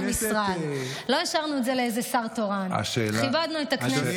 לא השארנו את זה לשר תורן, כיבדנו את הכנסת.